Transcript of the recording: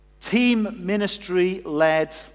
team-ministry-led